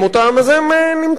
אז הם נמצאים פה,